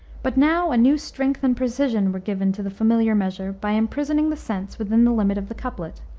but now a new strength and precision were given to the familiar measure by imprisoning the sense within the limit of the couplet,